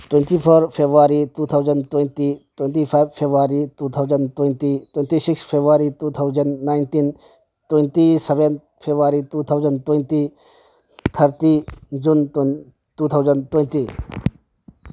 twenty four February two thousand twenty twenty five February two thousand twenty twenty six February two thousand nineteen twenty seven February two thousand twenty thirty June two thousand twenty